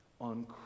on